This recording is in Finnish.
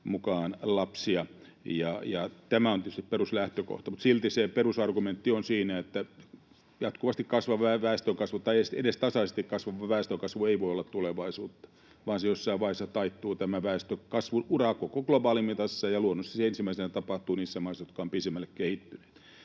mukaan lapsia. Tämä on tietysti peruslähtökohta. Mutta silti se perusargumentti on siinä, että jatkuvasti kasvava väestönkasvu tai edes tasaisesti kasvava väestönkasvu ei voi olla tulevaisuutta vaan tämä väestönkasvun ura jossain vaiheessa taittuu globaalissa mitassa, ja luonnollisesti se tapahtuu ensimmäisenä niissä maissa, jotka ovat pisimmälle kehittyneet.